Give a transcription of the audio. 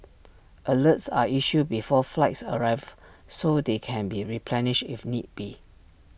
alerts are issued before flights arrive so they can be replenished if need be